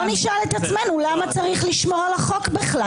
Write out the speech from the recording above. בוא נשאל את עצמנו למה צריך לשמור על החוק בכלל,